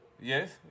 Yes